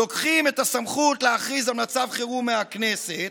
לוקחים את הסמכות להכריז על מצב חירום מהכנסת,